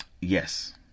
Yes